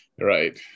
Right